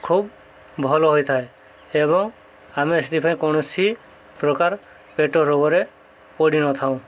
ଖୁବ୍ ଭଲ ହୋଇଥାଏ ଏବଂ ଆମେ ସେଥିପାଇଁ କୌଣସି ପ୍ରକାର ପେଟ ରୋଗରେ ପଡ଼ିନଥାଉ